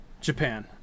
Japan